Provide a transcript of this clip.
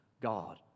God